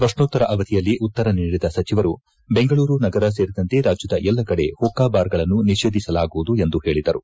ಪ್ರಶ್ನೋತ್ತರ ಅವಧಿಯಲ್ಲಿ ಉತ್ತರ ನೀಡಿದ ಸಚಿವರು ಬೆಂಗಳೂರು ನಗರ ಸೇರಿದಂತೆ ರಾಜ್ಯದ ಎಲ್ಲ ಕಡೆ ಮಕ್ಕಾಬಾರ್ಗಳನ್ನು ನಿಷೇಧಿಸಲಾಗುವುದು ಎಂದು ಹೇಳಿದರು